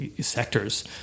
sectors